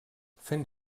fent